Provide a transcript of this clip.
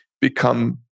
become